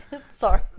Sorry